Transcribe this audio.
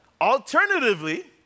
alternatively